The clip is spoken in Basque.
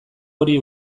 hori